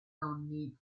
nonni